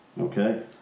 Okay